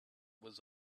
was